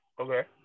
Okay